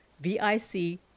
V-I-C